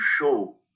show